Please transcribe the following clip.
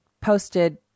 Posted